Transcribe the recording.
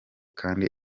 kandi